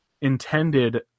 intended